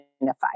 Unified